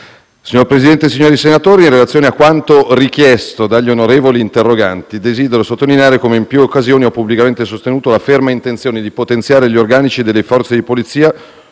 Signor Presidente, signori senatori, in relazione a quanto richiesto dagli onorevoli interroganti desidero sottolineare come in più occasioni io abbia pubblicamente sostenuto la ferma intenzione di potenziare gli organici delle Forze di polizia